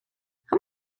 how